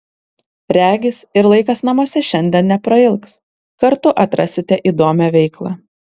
regis ir laikas namuose šiandien neprailgs kartu atrasite įdomią veiklą